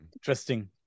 Interesting